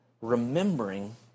remembering